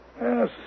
Yes